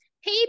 hey